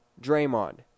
Draymond